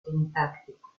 sintáctico